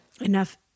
enough